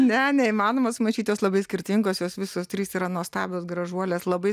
ne neįmanoma sumaišyt jos labai skirtingos jos visos trys yra nuostabios gražuolės labai